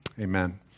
Amen